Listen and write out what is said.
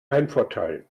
heimvorteil